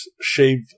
shave